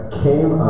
came